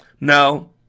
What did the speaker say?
No